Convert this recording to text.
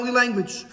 language